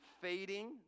fading